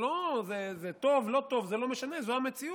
זה טוב, לא טוב, זה לא משנה, זו המציאות.